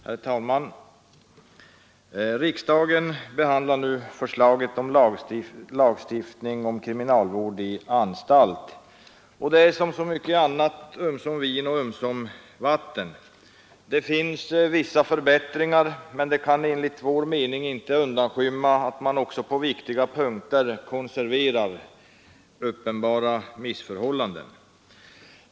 Herr talman! Riksdagen behandlar nu förslaget till lagstiftning om kriminalvård i anstalt, och det är som så mycket annat ömsom vin och ömsom vatten. Det finns vissa förbättringar, men detta kan enligt vår mening inte undanskymma att man också på viktiga punkter konserverar uppenbara missförhållanden.